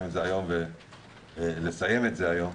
את הישיבה היום ולסיים את זה היום.